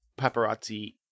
paparazzi